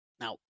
Now